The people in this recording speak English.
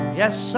yes